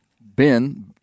Ben